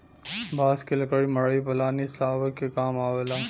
बांस क लकड़ी मड़ई पलानी छावे खातिर काम आवेला